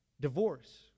divorce